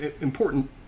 Important